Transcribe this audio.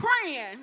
praying